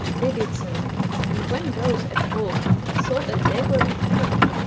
they did so and when those at holt saw that they were returning,